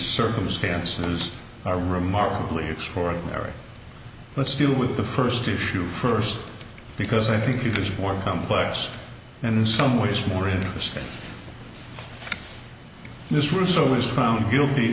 circumstances are remarkably extraordinary let's deal with the first issue first because i think it is more complex and in some ways more interesting this rousseau was found guilty